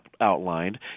outlined